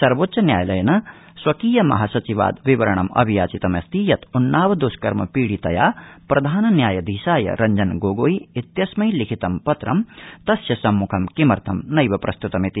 सर्वोच्च न्यायालयेन स्वकीय महासचिवाद विवरणम् अभियाचितमस्ति यत् उन्नाव दृष्कर्म पीडितया प्रधान न्यायाधीशाय रंजन गोगोई इत्यस्मै लिखितं पत्रं तस्य सम्मुखं किमर्थं नैव प्रस्तुतमिति